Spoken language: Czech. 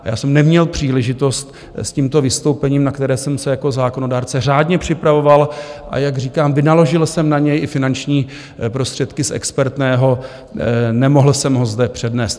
A já jsem neměl příležitost s tímto vystoupením, na které jsem se jako zákonodárce řádně připravoval, a jak říkám, vynaložil jsem na něj i finanční prostředky z expertného, nemohl jsem ho zde přednést.